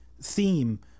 theme